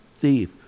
thief